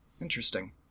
Interesting